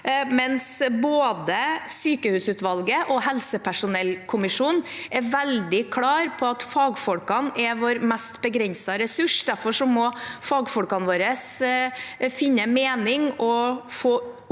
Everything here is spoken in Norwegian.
mens både sykehusutvalget og helsepersonellkommisjonen er veldig klare på at fagfolkene er vår mest begrensede ressurs, og at fagfolkene våre der